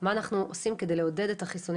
מה אנחנו עושים כדי לעודד את החיסונים